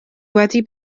wedi